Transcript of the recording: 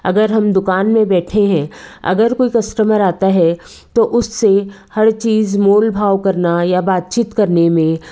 अगर हम दुकान में बैठे हैं अगर कोई कस्टमर आता है तो उससे हर चीज़ मोल भाव करना या बात चीत करने में